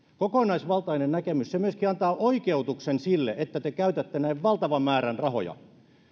kokonaisvaltainen näkemys myöskin antaa oikeutuksen sille että te käytätte näin valtavan määrän rahoja